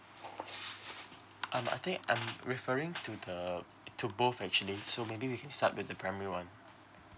um I think I'm referring to the to both actually so maybe we can start with the primary one